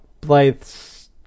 Blythe's